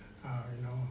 ah you know